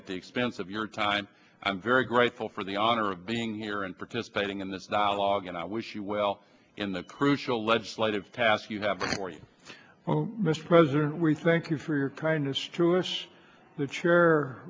at the expense of your time i'm very grateful for the honor of being here and participating in this dialogue and i wish you well in the crucial legislative task you have for you mr president we thank you for your kindness to ish the chair